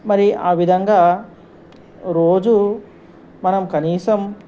మరి ఆ విధంగా రోజు మనం కనీసం